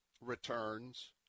returns